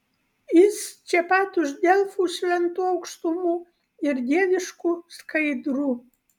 jis čia pat už delfų šventų aukštumų ir dieviškų skaidrų